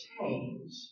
change